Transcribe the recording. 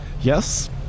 yes